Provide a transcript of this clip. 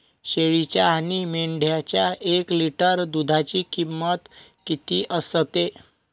शेळीच्या आणि मेंढीच्या एक लिटर दूधाची किंमत किती असते?